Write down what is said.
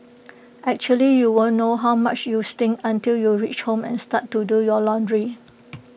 actually you won't know how much you stink until you reach home and start to do your laundry